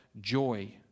joy